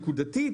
נקודתית,